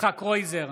יצחק קרויזר,